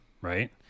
right